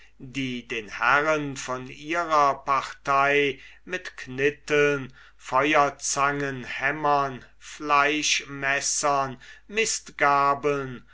die den herren von ihrer partei mit knitteln feuerzangen fleischmessern mistgabeln